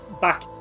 Back